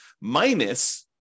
minus